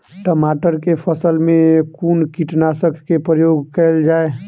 टमाटर केँ फसल मे कुन कीटनासक केँ प्रयोग कैल जाय?